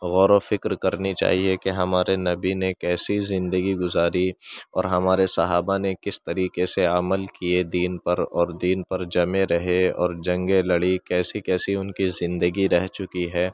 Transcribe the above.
غور و فکر کرنی چاہیے کہ ہمارے نبی نے کیسی زندگی گزاری اور ہمارے صحابہ نے کس طریقے سے عمل کیے دین پر اور دین پر جمے رہے اور جنگیں لڑی کیسی کیسی ان کی زندگی رہ چکی ہے